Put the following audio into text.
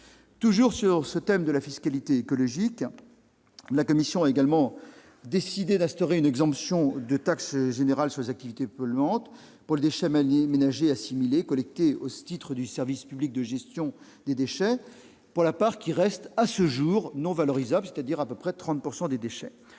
Toujours sur le thème de la fiscalité écologique, la commission a également décidé d'instaurer une exemption de taxe générale sur les activités polluantes pour les déchets ménagers et assimilés collectés au titre du service public de gestion des déchets pour la part qui reste à ce jour non valorisable, c'est-à-dire environ 30 % des déchets.